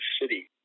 city